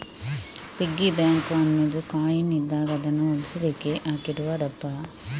piggy bank ಅನ್ನುದು coin ಇದ್ದಾಗ ಅದನ್ನು ಉಳಿಸ್ಲಿಕ್ಕೆ ಹಾಕಿಡುವ ಡಬ್ಬ